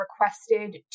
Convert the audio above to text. requested